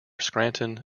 scranton